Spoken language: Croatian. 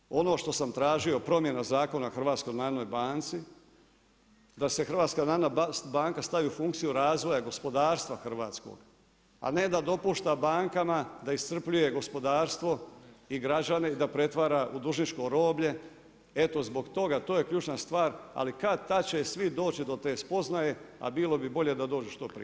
Prema tome, ono što sam tražio promjena zakona o HNB, da se HNB stavi u funkciju razvoja, gospodarstva hrvatskog, a ne da dopušta bankama da iscrpljuje gospodarstvo i građane i da prevare u dužničko roblje, eto, zbog toga, to je ključna stvar, ali kad-tad će svi doći do te spoznaje, a bilo bi bolje da dođu što prije.